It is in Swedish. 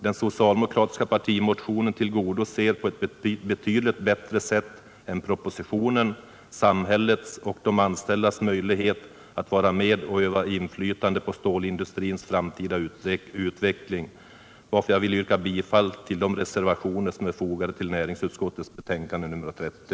Den socialdemokratiska partimotionen tillgodoser på ett betydligt bättre sätt än propositionen samhällets och de anställdas möjlighet att vara med och utöva inflytande på stålindustrins framtida utveckling, varför jag vill yrka bifall till de reservationer som är fogade till näringsutskottets betänkande nr 30.